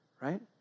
right